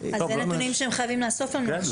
זה נתונים שהם חייבים לאסוף לנו עכשיו.